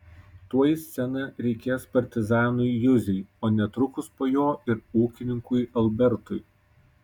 tuoj į sceną reikės partizanui juzei o netrukus po jo ir ūkininkui albertui